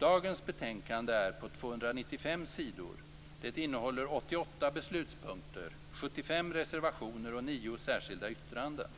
Dagens betänkande är på 295 sidor. Det innehåller 88 beslutspunkter, 75 reservationer och 9 särskilda yttranden.